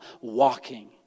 walking